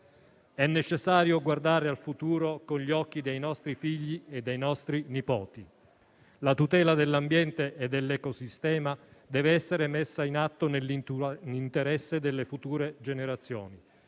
È necessario guardare al futuro con gli occhi dei nostri figli e dei nostri nipoti. La tutela dell'ambiente e dell'ecosistema deve essere messa in atto nell'interesse delle future generazioni.